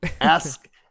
ask